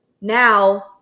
Now